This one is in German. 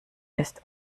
ist